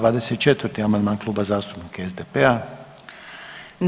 24. amandman Kluba zastupnika SDP-a.